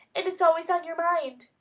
and it's always on your mind.